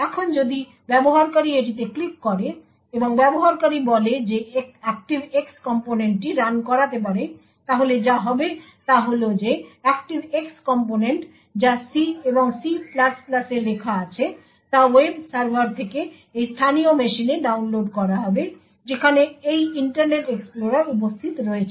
এখন যদি ব্যবহারকারী এটিতে ক্লিক করে এবং ব্যবহারকারী বলে যে ActiveX কম্পোনেন্টটি রান করতে পারে তাহলে যা হবে তা হল যে ActiveX কম্পোনেন্ট যা C এবং C এ লেখা আছে তা ওয়েব সার্ভার থেকে এই স্থানীয় মেশিনে ডাউনলোড করা হবে যেখানে এই ইন্টারনেট এক্সপ্লোরার উপস্থিত রয়েছে